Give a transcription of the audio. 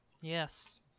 Yes